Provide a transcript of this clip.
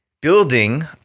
building